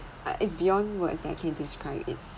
uh it's beyond words that I can describe it's